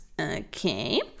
Okay